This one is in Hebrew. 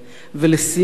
לסיום,